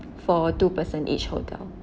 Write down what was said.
for two person each hotel